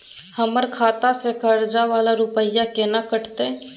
हमर खाता से कर्जा वाला रुपिया केना कटते?